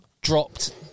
dropped